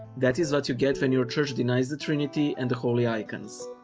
that is what you get when your church denies the trinity and the holy icons.